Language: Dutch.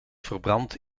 verbrand